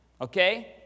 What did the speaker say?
Okay